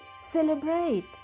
Celebrate